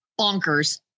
bonkers